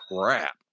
crap